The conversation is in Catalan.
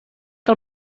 que